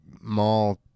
mall